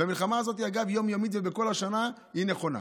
והמלחמה הזאת היא יום-יומית, ובכל השנה היא נכונה.